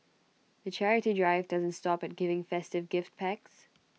the charity drive doesn't stop at giving festive gift packs